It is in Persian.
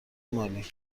مالی